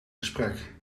gesprek